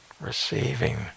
receiving